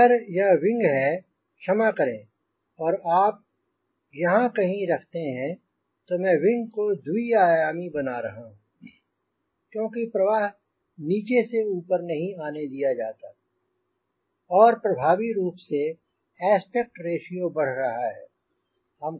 अगर यह विंग है क्षमा करें और आप यहांँ कहीं रखते हैं तो मैं विंग को द्वि आयामी बना रहा हूँ क्योंकि प्रवाह नीचे से ऊपर नहीं आने दिया जाता है और प्रभावी रूप से एस्पेक्ट रेश्यो बढ़ रहा है